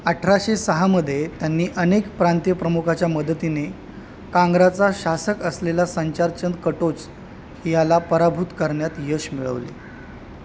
अठराशे सहामध्ये त्यांनी अनेक प्रांतीय प्रमुखाच्या मदतीने कांगराचा शासक असलेला संचारचंद कटोच याला पराभूत करण्यात यश मिळवले